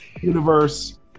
universe